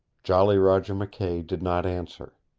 jolly roger mckay did not answer.